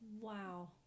Wow